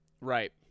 right